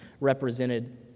represented